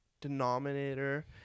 denominator